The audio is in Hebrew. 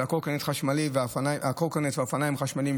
של הקורקינט והאופניים החשמליים,